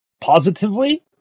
positively